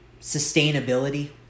sustainability